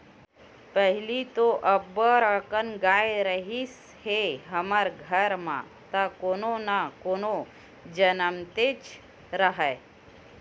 पहिली तो अब्बड़ अकन गाय रिहिस हे हमर घर म त कोनो न कोनो ह जमनतेच राहय